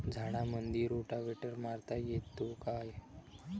झाडामंदी रोटावेटर मारता येतो काय?